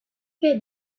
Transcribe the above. fait